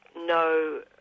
no